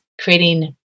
creating